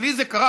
אצלי זה קרה,